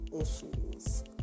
issues